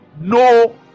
no